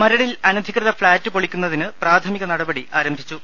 മരടിൽ അനധികൃത ഫ്ളാറ്റ് പൊളിക്കുന്നതിന് പ്രാഥമിക നട പടി ആരംഭിച്ചു